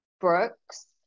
Brooks